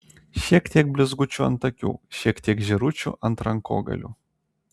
šiek tiek blizgučių ant akių šiek tiek žėručių ant rankogalių